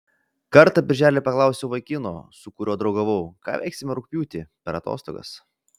kartą birželį paklausiau vaikino su kuriuo draugavau ką veiksime rugpjūtį per atostogas